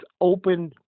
open